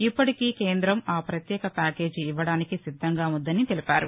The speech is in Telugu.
ఇప్పటికీ కేంద్రం ఆ ప్రత్యేక ప్యాకేజీ ఇవ్వడానికి సిద్దంగా ఉందని తెలిపారు